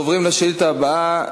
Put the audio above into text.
אנחנו עוברים לשאילתה הבאה.